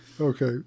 Okay